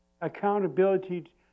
Accountability